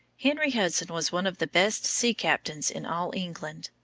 henry hudson was one of the best sea captains in all england.